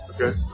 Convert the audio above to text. Okay